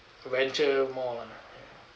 venture more lah